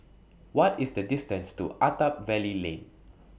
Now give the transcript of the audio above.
What IS The distance to Attap Valley Lane